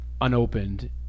unopened